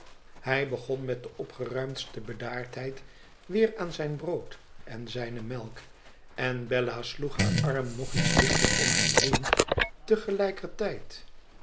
hij begon met de opgeruimdste bedaardheid weer aan zijn brood en zijne melk en bella sloeg haar arm nog iets dichter om hem heen te gelijker tijd